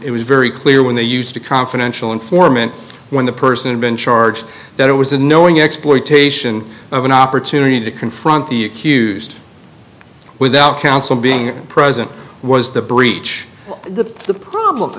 it was very clear when they used a confidential informant when the person had been charged that it was the knowing exploitation of an opportunity to confront the accused without counsel being present was the breach of the the problem